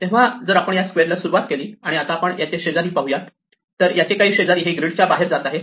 तेव्हा जर आपण या स्क्वेअरला सुरुवात केली आणि आता आपण याचे शेजारी पाहुयात तर याचे काही शेजारी हे ग्रीड च्या बाहेर जात आहे